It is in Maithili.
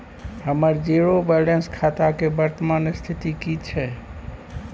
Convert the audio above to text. हमर जीरो बैलेंस खाता के वर्तमान स्थिति की छै?